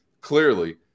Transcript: clearly